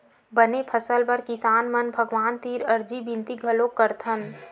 बने फसल बर किसान मन भगवान तीर अरजी बिनती घलोक करथन